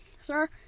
Sir